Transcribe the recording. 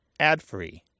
adfree